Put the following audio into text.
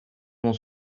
monde